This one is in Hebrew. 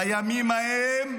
בימים ההם,